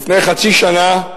לפני חצי שנה,